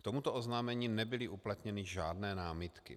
K tomuto oznámení nebyly uplatněny žádné námitky.